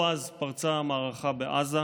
או-אז פרצה המערכה בעזה,